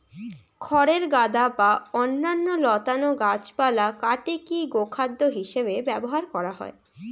খড়ের গাদা বা অন্যান্য লতানা গাছপালা কাটিকি গোখাদ্য হিসেবে ব্যবহার করা হয়